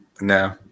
No